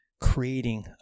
creating